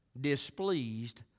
displeased